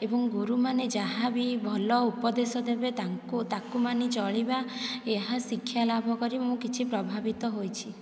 ଏବଂ ଗୁରୁମାନେ ଯାହା ବି ଭଲ ଉପଦେଶ ଦେବେ ତାଙ୍କୁ ତାକୁ ମାନି ଚଳିବା ଏହା ଶିକ୍ଷା ଲାଭ କରି ମୁଁ କିଛି ପ୍ରଭାବିତ ହୋଇଛି